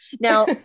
now